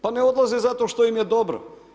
Pa ne odlaze zato što im je dobro.